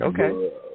Okay